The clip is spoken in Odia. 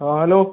ହଁ ହ୍ୟାଲୋ